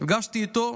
נפגשתי איתו